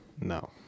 No